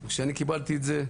כשאני קיבלתי את זה,